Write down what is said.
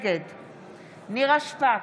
נגד נירה שפק,